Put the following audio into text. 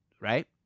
right